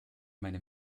meine